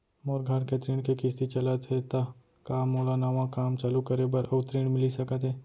मोर घर के ऋण के किसती चलत हे ता का मोला नवा काम चालू करे बर अऊ ऋण मिलिस सकत हे?